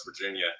Virginia